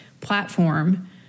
platform